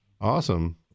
Awesome